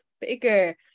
bigger